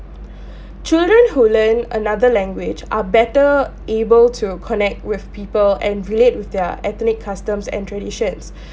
children who learn another language are better able to connect with people and relate with their ethnic customs and traditions